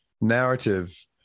narrative